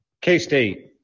K-State